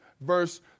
verse